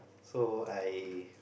so I